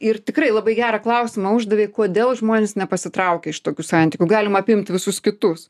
ir tikrai labai gerą klausimą uždavei kodėl žmonės nepasitraukia iš tokių santykių galima apimt visus kitus